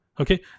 okay